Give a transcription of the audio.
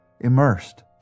immersed